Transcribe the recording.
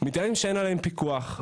מטעמים שאין עליהם פיקוח.